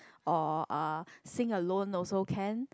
or uh sing alone also can